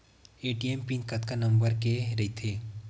ATM pin कतका number के रही थे?